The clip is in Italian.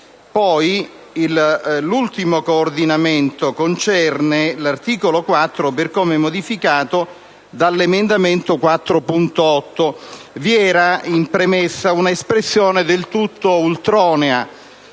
proposta di coordinamento attiene all'articolo 4, come modificato dall'emendamento 4.8. Vi era in premessa un'espressione del tutto ultronea,